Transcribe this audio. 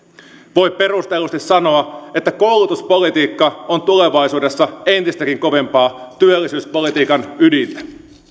voi perustellusti sanoa että koulutuspolitiikka on tulevaisuudessa entistäkin kovempaa työllisyyspolitiikan ydintä